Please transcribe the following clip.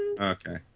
Okay